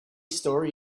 story